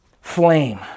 flame